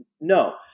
No